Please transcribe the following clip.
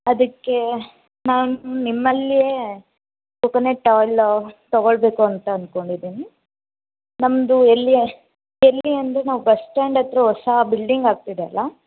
ಅದಕ್ಕೆ ನಾವು ನಿಮ್ಮಲ್ಲಿಯೇ ಕೊಕೊನಟ್ ಆಯಿಲ್ ತೊಗೊಳ್ಬೇಕು ಅಂತ ಅಂದ್ಕೊಂಡಿದ್ದೀನಿ ನಮ್ಮದು ಎಲ್ಲಿಯ ಎಲ್ಲಿ ಅಂದರೆ ನಾವು ಬಸ್ ಸ್ಟ್ಯಾಂಡ್ ಹತ್ತಿರ ಹೊಸ ಬಿಲ್ಡಿಂಗ್ ಆಗ್ತಿದೆ ಅಲ್ವಾ